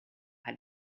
had